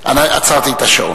עצרתי את השעון.